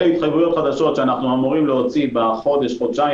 אלה התחייבויות חדשות שאנחנו אמורים להוציא בחודש חודשיים